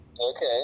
Okay